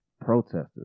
protesters